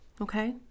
Okay